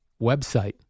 website